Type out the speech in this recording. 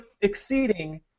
exceeding